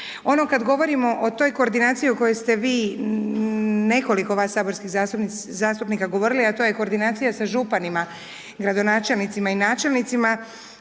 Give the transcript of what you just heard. Ono, kada govorimo o toj koordinaciji u kojoj ste vi nekoliko vas saborskih zastupnika govorilo, a to je koordinacija sa županima, gradonačelnicima i načelnicima.